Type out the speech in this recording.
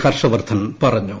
ഹർഷവർദ്ധൻ പറഞ്ഞു